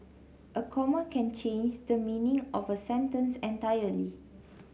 a comma can change the meaning of a sentence entirely